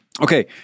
Okay